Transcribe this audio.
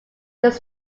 this